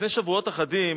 לפני שבועות אחדים